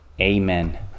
Amen